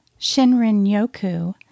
shinrin-yoku